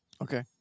Okay